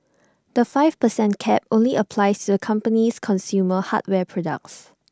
the five per cent cap only applies to the company's consumer hardware products